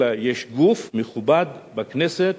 אלא יש גוף מכובד בכנסת